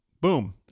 Boom